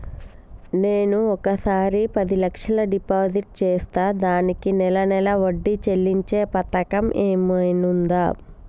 నేను ఒకేసారి పది లక్షలు డిపాజిట్ చేస్తా దీనికి నెల నెల వడ్డీ చెల్లించే పథకం ఏమైనుందా?